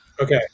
okay